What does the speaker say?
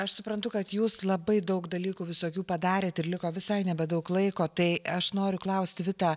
aš suprantu kad jūs labai daug dalykų visokių padarėt ir liko visai nebedaug laiko tai aš noriu klausti vita